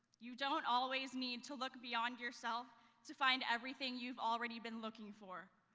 you don't always need to look beyond yourself to find everything you've already been looking for.